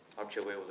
i'm sure way